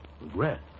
Regret